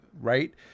right